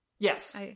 Yes